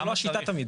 זו לא השיטה תמיד.